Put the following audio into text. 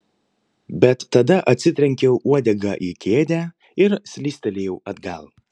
bet tada atsitrenkiau uodega į kėdę ir slystelėjau atgal